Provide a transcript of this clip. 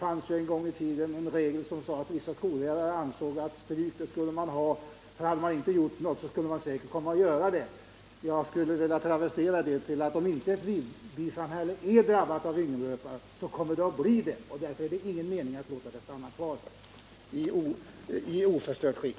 En gång i tiden ansåg vissa skollärare att man skulle ha stryk, för hade man inte gjort något skulle man säkert komma att göra något. Jag skulle vilja travestera detta: Om ett vildbisamhälle inte är drabbat av yngelröta kommer det att bli det. Därför är det ingen mening med att låta samhället vara kvar i oförstört skick.